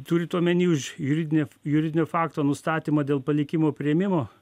turit omeny už juridinį juridinio fakto nustatymą dėl palikimo priėmimo